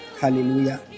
Hallelujah